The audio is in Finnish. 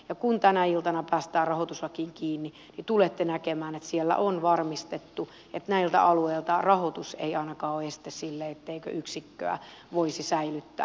ja kun tänä iltana päästään rahoituslakiin kiinni niin tulette näkemään että siellä on varmistettu että näillä alueilla ei ainakaan rahoitus ole este sille etteikö yksikköä voisi säilyttää